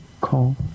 call